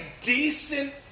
decent